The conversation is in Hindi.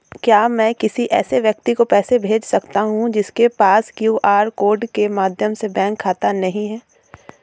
क्या मैं किसी ऐसे व्यक्ति को पैसे भेज सकता हूँ जिसके पास क्यू.आर कोड के माध्यम से बैंक खाता नहीं है?